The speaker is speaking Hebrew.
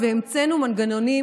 והמצאנו מנגנונים